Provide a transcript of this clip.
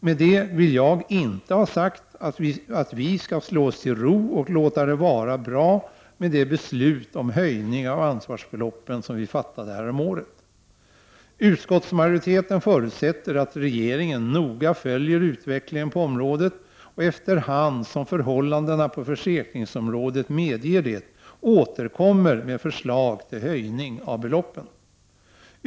Med det vill jag inte ha sagt att vi skall slå oss till ro och låta det vara bra med det beslut om höjning av ansvarsbeloppen som vi fattade häromåret. Utskottsmajoriteten förutsätter att regeringen noga följer utvecklingen på området och efter hand som förhållandena på försäkringsområdet medger det återkommer med förslag till höjning av beloppen.